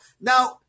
Now